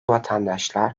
vatandaşlar